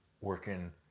working